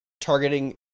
targeting